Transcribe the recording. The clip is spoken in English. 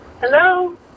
hello